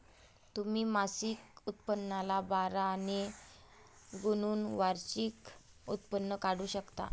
तुम्ही मासिक उत्पन्नाला बारा ने गुणून वार्षिक उत्पन्न काढू शकता